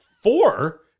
Four